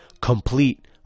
complete